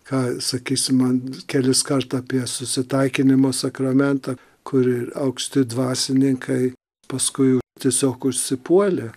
ką sakysim man keliskart apie susitaikinimo sakramentą kurį aukšti dvasininkai paskui tiesiog užsipuolė